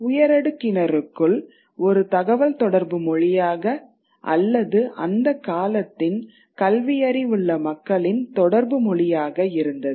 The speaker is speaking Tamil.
உயரடுக்கினருக்குள் ஒரு தகவல் தொடர்பு மொழியாக அல்லது அந்தக் காலத்தின் கல்வியறிவுள்ள மக்களின் தொடர்பு மொழியாக இருந்தது